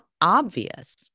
obvious